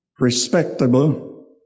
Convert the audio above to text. respectable